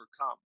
overcome